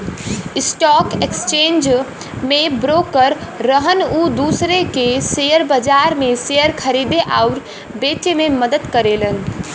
stock exchange में broker रहन उ दूसरे के शेयर बाजार में शेयर खरीदे आउर बेचे में मदद करेलन